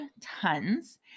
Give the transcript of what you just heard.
tons